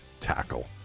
tackle